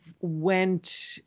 went